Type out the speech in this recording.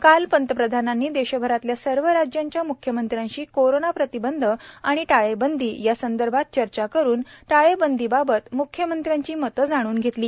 काल पंतप्रधानांनी देशभरातल्या सर्व राज्यांच्या मुख्यमंत्र्यांशी कोरोना प्रतिबंध आणि टाळेबंदी या संदर्भात चर्चा करून टाळेबंदीबाबत मुख्यमंत्र्यांची मत जाणून घेतली